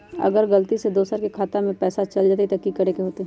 अगर गलती से दोसर के खाता में पैसा चल जताय त की करे के होतय?